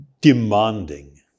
demanding